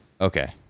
Okay